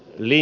yli